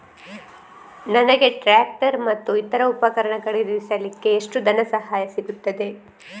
ನನಗೆ ಟ್ರ್ಯಾಕ್ಟರ್ ಮತ್ತು ಇತರ ಉಪಕರಣ ಖರೀದಿಸಲಿಕ್ಕೆ ಎಷ್ಟು ಧನಸಹಾಯ ಸಿಗುತ್ತದೆ?